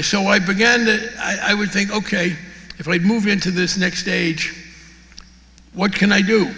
so i began to i would think ok if i move into this next stage what can i do